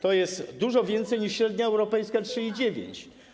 To jest dużo więcej niż średnia europejska - 3,9.